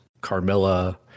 Carmilla